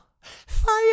fire